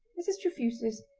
mrs. trefusis,